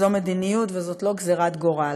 זו מדיניות, וזאת לא גזירת גורל.